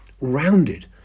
rounded